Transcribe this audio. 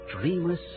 dreamless